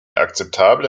akzeptable